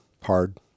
hard